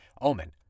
Omen